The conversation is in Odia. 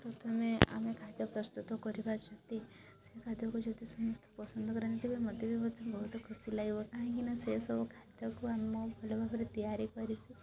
ପ୍ରଥମେ ଆମେ ଖାଦ୍ୟ ପ୍ରସ୍ତୁତି କରିବା ଯଦି ସେ ଖାଦ୍ୟକୁ ଯଦି ସମସ୍ତେ ପସନ୍ଦ କରନ୍ତି ବା ମୋତେ ବି ମଧ୍ୟ ବହୁତ ଖୁସି ଲାଗିବ କାହିଁକି ନା ସେସବୁ ଖାଦ୍ୟକୁ ଆମ ଭଲ ଭାବରେ ତିଆରି କରି ସାରି